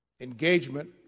engagement